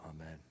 Amen